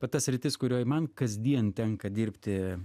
vat ta sritis kurioj man kasdien tenka dirbti